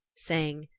saying,